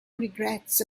regrets